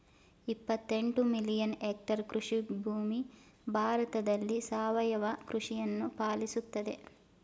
ಇಪ್ಪತ್ತೆಂಟು million hectare ಕೃಷಿಭೂಮಿ ಭಾರತದಲ್ಲಿ ಸಾವಯವ ಕೃಷಿಯನ್ನು ಪಾಲಿಸುತ್ತಿದೆ